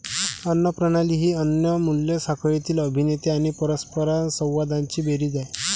अन्न प्रणाली ही अन्न मूल्य साखळीतील अभिनेते आणि परस्परसंवादांची बेरीज आहे